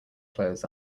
clothes